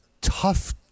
tough